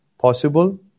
possible